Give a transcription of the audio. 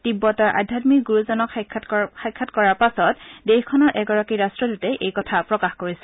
তিববতৰ আধ্যামিক গুৰুজনক সাক্ষাৎ কৰাৰ পাছত দেশখনৰ এগৰাকী ৰাট্টদূতে এই কথা প্ৰকাশ কৰিছে